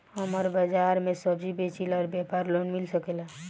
हमर बाजार मे सब्जी बेचिला और व्यापार लोन मिल सकेला?